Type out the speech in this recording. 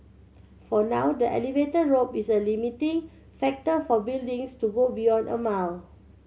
for now the elevator rope is a limiting factor for buildings to go beyond a mile